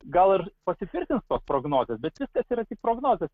gal ir pasitvirtins prognozės bet tai yra tik prognozės